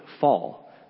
fall